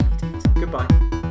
Goodbye